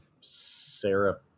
Sarah